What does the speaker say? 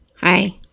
Hi